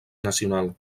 nacional